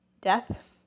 death